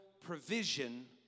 provision